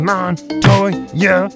Montoya